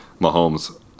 mahomes